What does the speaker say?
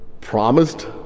promised